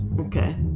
Okay